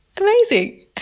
Amazing